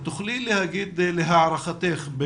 תוכלי להגיד להערכתך,